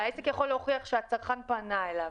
והעסק יכול להוכיח שהצרכן פנה אליו,